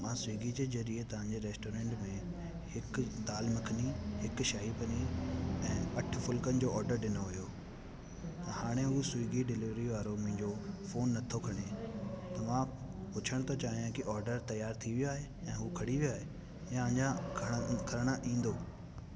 मां स्वीगी जे ज़रिए तां जे रेस्टॉरन्ट में हिकु दाल मखनी हिकु शाही पनीर ऐं अठ फुलिकनि जो ऑडर ॾिनो हुयो हाणे हू स्वीगी डिलीवरी वारो मुंहिंजो फोन नथो खणे त मां पुछणु थो चाहियां की ऑडर तयारु थी वियो आहे यां हू खणी वियो आहे यां अञा खण खणणु ईंदो